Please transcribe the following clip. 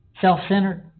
self-centered